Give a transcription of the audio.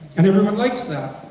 and everyone likes that.